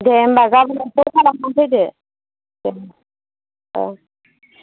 दे होमबा गाबोन कल खालामनानै फैदो दे औ